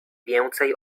więcej